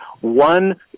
one